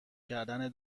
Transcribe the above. کردن